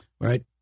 Right